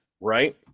right